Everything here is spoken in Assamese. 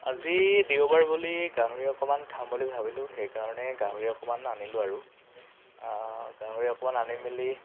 আজি দেওবাৰ বুলি গাহৰি অকণমান খাম বুলি ভাবিলোঁ সেইকাৰণে গাহৰি অকণমান আনিলোঁ আৰু গাহৰি অকণমান আনি মেলি